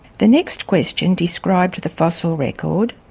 the next question described the fossil record,